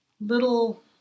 little